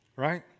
right